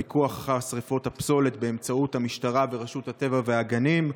העצמת יכולת הפיקוח אחר שרפות הפסולת באמצעות המשטרה ורשות הטבע והגנים,